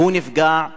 הוא נפגע,